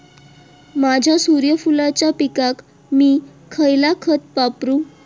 माझ्या सूर्यफुलाच्या पिकाक मी खयला खत वापरू?